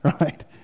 Right